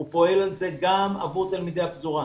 הוא פועל על זה גם עבור תלמידי הפזורה,